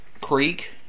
Creek